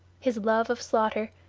his love of slaughter,